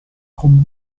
con